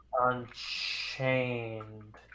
Unchained